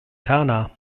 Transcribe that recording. ghana